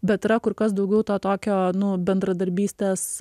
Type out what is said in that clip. bet yra kur kas daugiau to tokio nu bendradarbystės